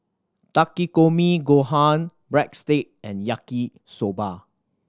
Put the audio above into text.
Takikomi Gohan Breadstick and Yaki Soba